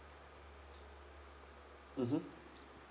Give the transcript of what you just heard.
mmhmm